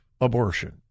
abortion